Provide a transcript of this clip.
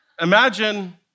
Imagine